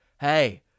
hey